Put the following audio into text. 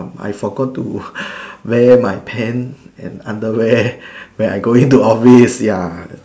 I forgot to wear my pant and underwear when I going to office ya